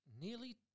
nearly